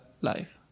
life